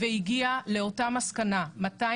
הגענו למסקנה זהה,